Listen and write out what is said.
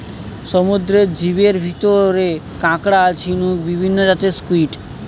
সমুদ্রের জীবের ভিতরে কাকড়া, ঝিনুক, বিভিন্ন জাতের স্কুইড,